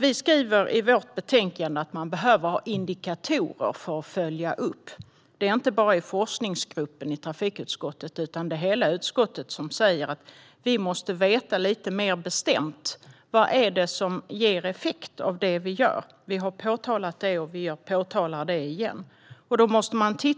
Vi skriver i vårt betänkande att man behöver ha indikatorer för att följa upp detta. Det är inte bara forskningsgruppen i trafikutskottet utan hela utskottet som säger att vi måste veta lite mer bestämt vad det är som ger effekt av det vi gör. Vi har påpekat det, och vi gör det igen. Man måste se hur